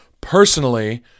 personally